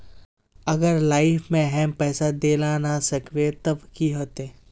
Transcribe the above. अगर लाइफ में हैम पैसा दे ला ना सकबे तब की होते?